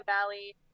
valley